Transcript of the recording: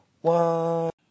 one